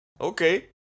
Okay